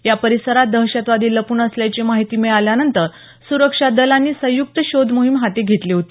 या परिसरात दहशवादी लपून असल्याची माहीती मिळाल्यानंतर सुरक्षा दलांनी संयुक्त शोध मोहीम हाती घेतली होती